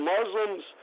Muslims